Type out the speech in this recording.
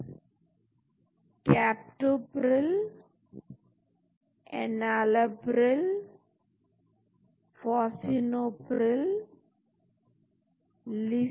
तो हम नए मुख्य कंपाउंड को पहचान सकते हैं क्योंकि बहुत सारे डेटाबेस हैं ZINC database Maybridge database NCI database ACD database world drug index तो लाखों कंपाउंड इन डेटाबेस में संचित हैं